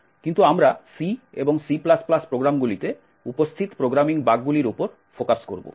কিন্তু আমরা C এবং C প্রোগ্রামগুলিতে উপস্থিত প্রোগ্রামিং বাগগুলির উপর ফোকাস করব